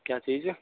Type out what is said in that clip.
क्या चीज